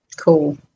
cool